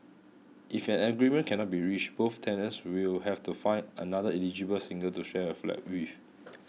if an agreement cannot be reached both tenants will have to find another eligible single to share a flat with